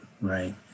right